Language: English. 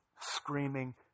screaming